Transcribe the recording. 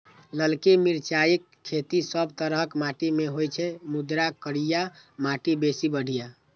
ललकी मिरचाइक खेती सब तरहक माटि मे होइ छै, मुदा करिया माटि बेसी बढ़िया